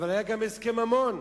אבל היה גם הסכם ממון,